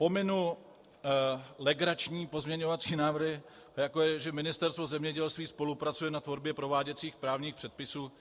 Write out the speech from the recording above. Pominu legrační pozměňovací návrhy, jako že Ministerstvo zemědělství spolupracuje na tvorbě prováděcích právních předpisů.